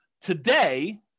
Today